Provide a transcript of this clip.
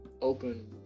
open